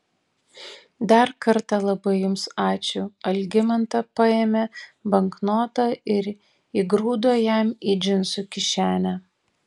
dar kartą labai jums ačiū algimanta paėmė banknotą ir įgrūdo jam į džinsų kišenę